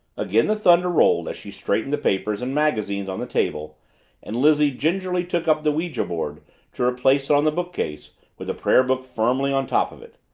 again the thunder rolled as she straightened the papers and magazines on the table and lizzie gingerly took up the ouija-board to replace it on the bookcase with the prayer book firmly on top of it.